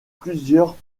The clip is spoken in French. plusieurs